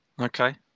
Okay